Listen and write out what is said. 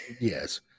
Yes